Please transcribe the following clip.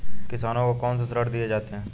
किसानों को कौन से ऋण दिए जाते हैं?